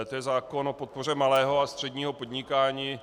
Je to zákon o podpoře malého a středního podnikání.